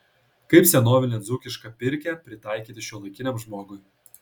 kaip senovinę dzūkišką pirkią pritaikyti šiuolaikiniam žmogui